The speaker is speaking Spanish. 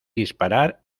disparar